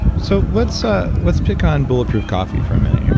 so let's ah let's pick on bulletproof coffee for a minute here.